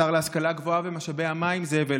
השר להשכלה גבוהה ומשאבי המים זאב אלקין.